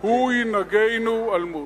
הוא ינהגנו על מות".